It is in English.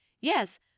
Yes